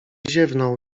ziewnął